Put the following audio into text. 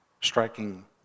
striking